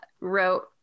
wrote